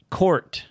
court